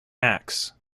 acts